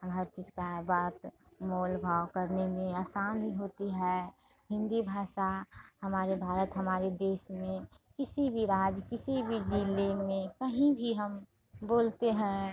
हम हर चीज़ का बात मोल भाव करने में आसानी होती है हिन्दी भाषा हमारे भारत हमारे देस में किसी भी राज किसी भी जिले में कहीं भी हम बोलते हैं